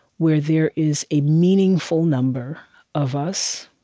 where there is a meaningful number of us